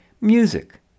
music